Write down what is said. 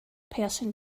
person